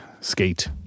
Skate